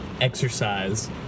exercise